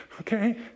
okay